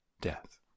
death